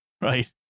right